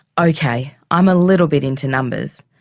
okay, i'm a little bit into numbers.